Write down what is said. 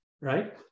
right